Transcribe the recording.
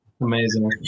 Amazing